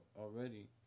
already